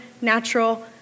natural